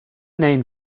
name